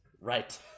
Right